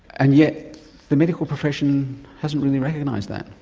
and yet the medical profession hasn't really recognised that.